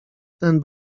ten